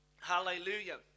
Hallelujah